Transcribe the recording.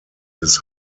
his